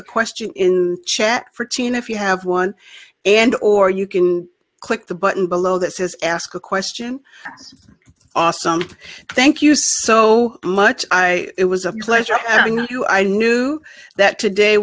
a question in chat for tina if you have one and or you can click the button below that says ask a question awesome thank you so much i it was a pleasure i knew i knew that today